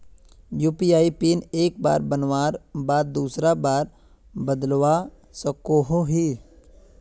UPI PIN एक बार बनवार बाद दूसरा बार बदलवा सकोहो ही?